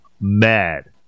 MAD